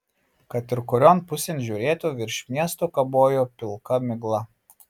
kad ir kurion pusėn žiūrėtų virš miesto kabojo pilka migla